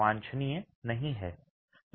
वांछनीय नहीं है